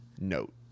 note